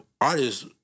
artists